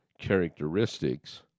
characteristics